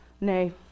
Nay